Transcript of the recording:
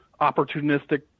opportunistic